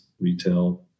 retail